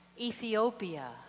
Ethiopia